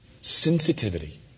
sensitivity